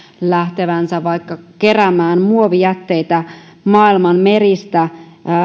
lähtevänsä vaikka keräämään muovijätteitä maailman meristä